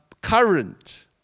current